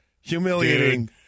humiliating –